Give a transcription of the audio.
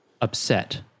upset